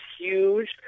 huge